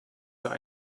sehr